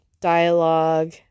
dialogue